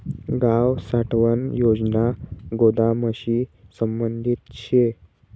गाव साठवण योजना गोदामशी संबंधित शे